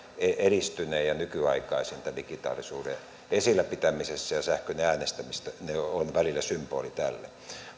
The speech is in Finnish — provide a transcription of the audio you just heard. edistynein ja nykyaikaisin tämän digitaalisuuden esillä pitämisessä ja sähköinen äänestäminen on välillä symboli tälle